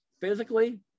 physically